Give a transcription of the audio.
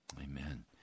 Amen